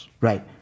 Right